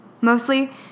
Mostly